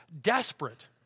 desperate